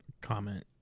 comment